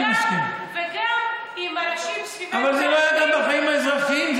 אבל זה לא היה גם בחיים האזרחיים.